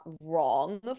wrong